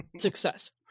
success